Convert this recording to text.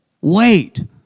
wait